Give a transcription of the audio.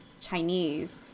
Chinese